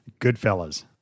Goodfellas